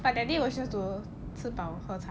but that day was just to 吃饱喝茶